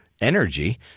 energy